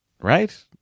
Right